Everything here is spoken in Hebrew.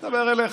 אני מדבר אליך.